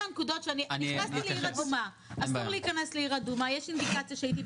איפה המדינה בהסדר?